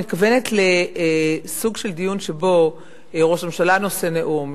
אני מתכוונת לסוג של דיון שבו ראש הממשלה נושא נאום,